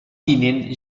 tinent